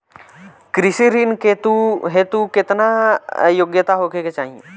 कृषि ऋण हेतू केतना योग्यता होखे के चाहीं?